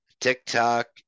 tiktok